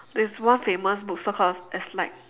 there's one famous bookstore called eslite